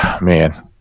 man